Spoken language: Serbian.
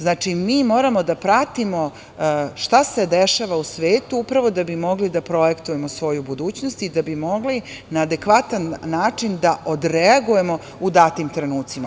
Znači, mi moramo da pratimo šta se dešava u svetu upravo da bi mogli da projektujemo svoju budućnost i da bi mogli na adekvatan način da odreagujemo u datim trenucima.